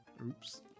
Oops